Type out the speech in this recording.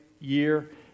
year